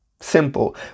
Simple